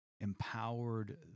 empowered